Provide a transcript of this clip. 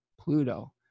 Pluto